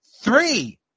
three